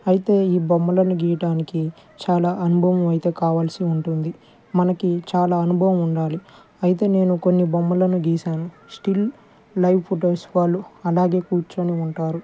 అయితే ఈ బొమ్మలను గీయడానికి చాలా అనుభవం అయితే కావలసి ఉంటుంది మనకి చాలా అనుభవం ఉండాలి అయితే నేను కొన్ని బొమ్మలను గీశాను స్టిల్ లైవ్ ఫొటోస్ వాళ్ళు అలాగే కూర్చోని ఉంటారు